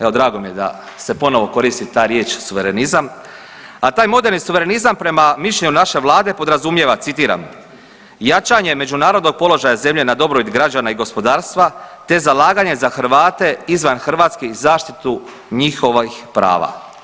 Evo drago mi je da se ponovo koristi ta riječ suverenizam, a taj moderni suverenizam prema mišljenju naše vlade podrazumijeva citiram, jačanje međunarodnog položaja zemlje na dobrobit građana i gospodarstva te zalaganje za Hrvate izvan Hrvatske i zaštitu njihovih prava.